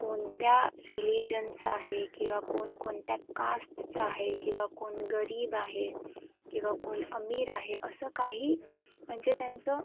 कोणत्या रिलीजनचा आहे किंवा कोण कोणत्या कास्टचा आहे किंवा कोण गरीब आहे किंवा कोण अमीर आहे असं काही म्हणजे त्यांचं